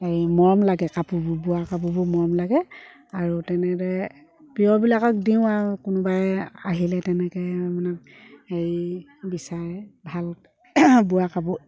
এই মৰম লাগে কাপোৰবোৰ বোৱা কাপোৰবোৰ মৰম লাগে আৰু তেনেদৰে প্ৰিয়বিলাকক দিওঁ আৰু কোনোবাই আহিলে তেনেকৈ মানে হেৰি বিচাৰে ভাল বোৱা কাপোৰ